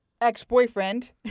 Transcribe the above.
ex-boyfriend